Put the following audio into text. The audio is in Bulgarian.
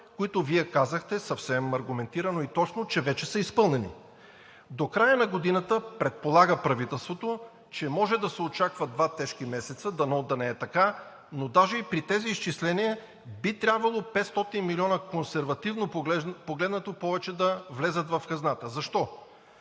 които Вие казахте съвсем аргументирано и точно, че вече са изпълнени. До края на годината правителството предполага, че може да се очакват два тежки месеца, дано да не е така, но даже и при тези изчисления би трябвало 500 милиона, консервативно погледнато, повече да влязат в хазната. Защо?